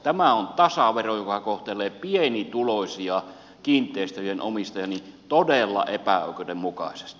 tämä on tasavero joka kohtelee pienituloisia kiinteistöjen omistajia todella epäoikeudenmukaisesti